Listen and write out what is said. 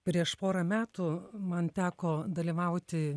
prieš porą metų man teko dalyvauti